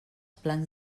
plans